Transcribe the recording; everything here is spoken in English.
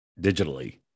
digitally